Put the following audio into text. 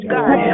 God